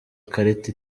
ikarita